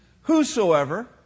Whosoever